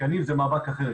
התקנים זה מאבק אחר,